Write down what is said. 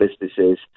businesses